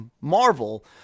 Marvel